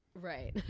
Right